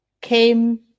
came